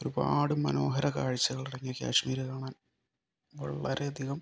ഒരുപാട് മനോഹര കാഴ്ചകളുടെ കാശ്മീർ കാണാൻ വളരെ അധികം